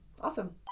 awesome